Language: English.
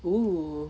ooh